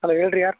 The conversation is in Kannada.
ಹಲೋ ಹೇಳ್ರಿ ಯಾರು